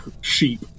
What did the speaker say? sheep